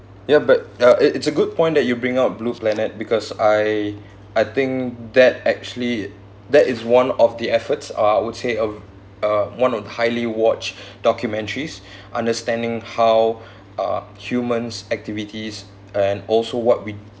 ya but ya it it's a good point that you bring up blue planet because I I think that actually that is one of the efforts uh I would say of uh one of the highly watched documentaries understanding how are humans activities and also what we